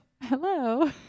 Hello